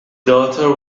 daughter